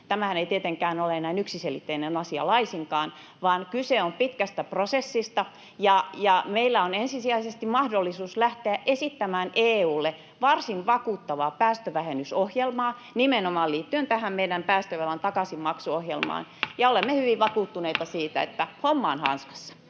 tämähän ei tietenkään ole näin yksiselitteinen asia laisinkaan, vaan kyse on pitkästä prosessista. Meillä on ensisijaisesti mahdollisuus lähteä esittämään EU:lle varsin vakuuttavaa päästövähennysohjelmaa nimenomaan liittyen tähän meidän päästövelan takaisinmaksuohjelmaan, ja olemme hyvin vakuuttuneita siitä, että homma on hanskassa.